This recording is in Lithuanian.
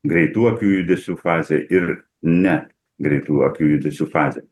greitų akių judesių fazė ir ne greitų akių judesių fazė